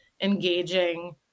engaging